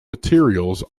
materials